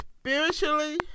spiritually